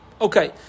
Okay